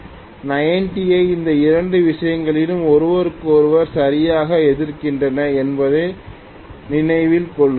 90 ஐ இந்த இரண்டு விஷயங்களும் ஒருவருக்கொருவர் சரியாக எதிர்க்கின்றன என்பதை நினைவில் கொள்க